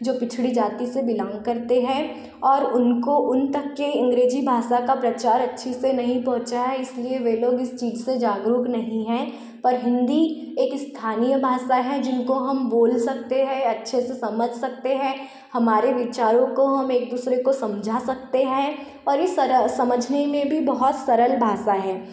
जो पिछड़ी जाती से बिलोंग करते है और उनको उन तक के अंग्रेजी भाषा का प्रचार अच्छी से नहीं पहुँचा है इसलिए वे लोग इस चीज़ से जागरूक नहीं हैं पर हिन्दी एक स्थानीय भाषा है जिनको हम बोल सकते हैं अच्छे से समझ सकते हैं हमारे विचारों को हम एक दूसरे को समझा सकते हैं और इस तरह समझने में भी बहुत सरल भाषा है